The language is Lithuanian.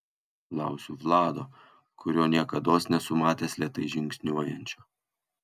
klausiu vlado kurio niekados nesu matęs lėtai žingsniuojančio